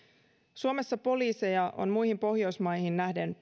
suomessa poliiseja on muihin pohjoismaihin nähden